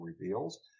reveals